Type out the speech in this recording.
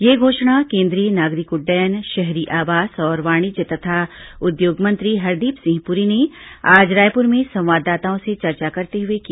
यह घोषणा केंद्रीय नागरिक उड्डयन शहरी आवास और वाणिज्य तथा उद्योग मंत्री हरदीप सिंह पुरी ने आज रायपुर में संवाददाताओं से चर्चा करते हुए की